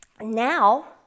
now